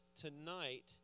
tonight